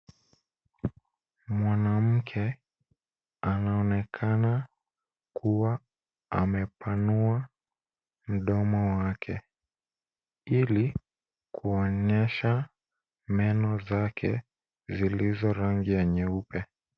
Mwanamke anaonekana kuwa amepanua mdomo wake ili kuonyesha meno zake zilizo rangi ya nyeupe.